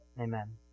Amen